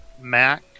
Mac